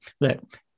look